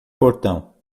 portão